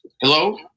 Hello